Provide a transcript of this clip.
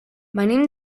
venim